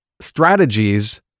strategies